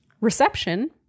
Reception